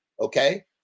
Okay